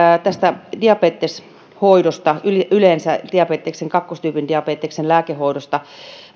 tästä diabeteshoidosta yleensä kakkostyypin diabeteksen lääkehoidosta